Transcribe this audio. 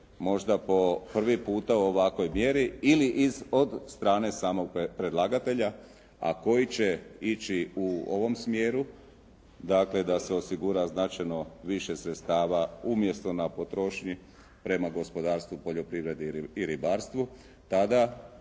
možda po prvi puta u ovakvoj mjeri ili iz od strane samog predlagatelja, a koji će ići u ovom smjeru, dakle da se osigura značajno više sredstava umjesto na potrošnji, prema gospodarstvu poljoprivrede i ribarstvu, taka